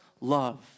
love